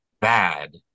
bad